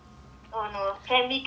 oh no